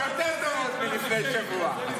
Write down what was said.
בוא נלך, והתוצאות יהיו יותר טובות מלפני שבוע.